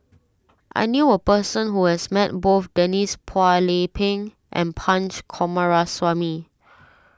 I knew a person who has met both Denise Phua Lay Peng and Punch Coomaraswamy